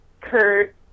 Kurt